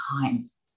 times